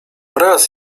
raz